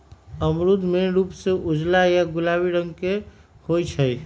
अमरूद मेन रूप से उज्जर या गुलाबी रंग के होई छई